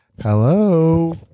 Hello